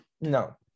no